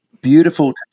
beautiful